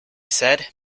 said